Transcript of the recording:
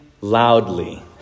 loudly